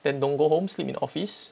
then don't go home sleep in office